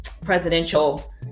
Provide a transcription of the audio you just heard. presidential